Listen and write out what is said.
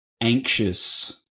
anxious